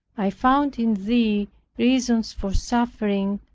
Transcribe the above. i found in thee reasons for suffering,